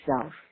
self